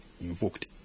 invoked